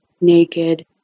naked